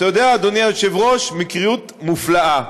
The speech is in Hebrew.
אתה יודע, אדוני היושב-ראש, מקריות מופלאה: